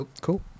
Cool